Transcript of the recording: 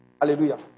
Hallelujah